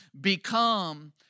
become